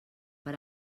per